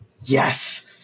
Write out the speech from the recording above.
yes